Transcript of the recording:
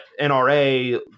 NRA